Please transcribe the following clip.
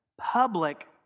public